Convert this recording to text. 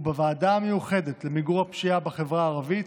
בוועדה המיוחדת למיגור הפשיעה בחברה הערבית,